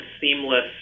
seamless